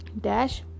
dash